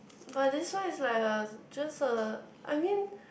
but this one is like a just a I mean